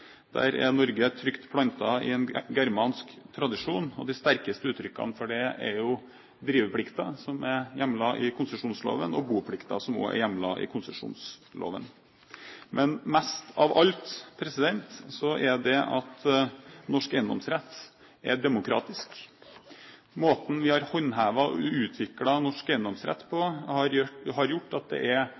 Der er Norge trygt plantet i en germansk tradisjon, og de sterkeste uttrykkene for det er driveplikten, som er hjemlet i konsesjonsloven, og boplikten, som også er hjemlet i konsesjonsloven. Men mest av alt er det at norsk eiendomsrett er demokratisk. Måten vi har håndhevet og utviklet norsk eiendomsrett på, har gjort at det er